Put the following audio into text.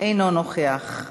אינו נוכח.